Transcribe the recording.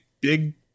big